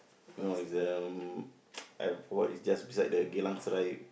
no is the mm I forgot it's just beside the Geylang-Serai